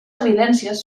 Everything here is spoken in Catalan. evidències